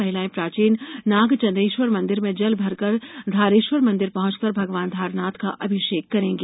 महिलाएं प्राचीन नागचंदरेश्वर मंदिर से जल भरकर धारेश्वर मंदिर पहुंचकर भगवान धारनाथ का अभिषेक करेंगी